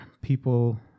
people